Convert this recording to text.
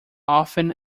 often